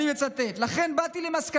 אני מצטט: לכן באתי למסקנה,